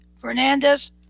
Fernandez